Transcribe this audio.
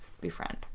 befriend